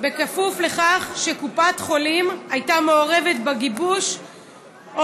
בכפוף לכך שקופת החולים הייתה מעורבת בגיבוש או